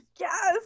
Yes